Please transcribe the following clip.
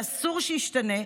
ואסור שישתנה,